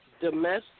domestic